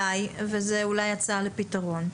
וזו אולי הצעה לפתרון,